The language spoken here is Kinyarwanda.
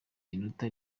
inota